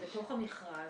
זה בתוך המכרז,